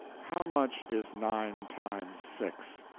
how much is nine times six?